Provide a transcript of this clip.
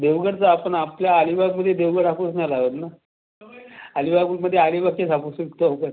देवगडचा आपण आपल्या अलीबागमध्ये देवगड हापूस नाही लागत ना अलिबाग मध्ये अलीबागचेच हापूस पिकता होतात